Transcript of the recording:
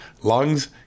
lungs